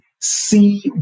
see